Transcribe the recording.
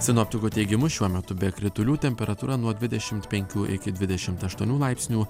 sinoptikų teigimu šiuo metu be kritulių temperatūra nuo dvidešim penkių iki dvidešim aštuonių laipsnių